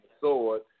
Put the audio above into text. sword